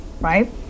right